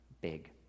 big